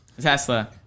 Tesla